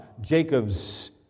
Jacob's